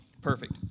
Perfect